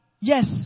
Yes